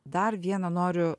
dar vieną noriu